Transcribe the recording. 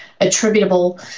attributable